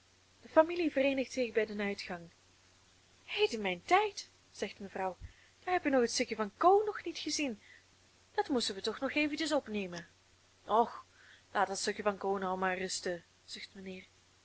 de familie vereenigt zich bij den uitgang heden mijn tijd zegt mevrouw daar hebben we het stukje van ko nog niet gezien dat moesten we toch nog eventjes opnemen och laat dat stukje van ko nu maar rusten zucht mijnheer